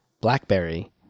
blackberry